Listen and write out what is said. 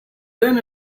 then